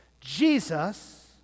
Jesus